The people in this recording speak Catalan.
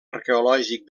arqueològic